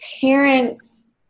parents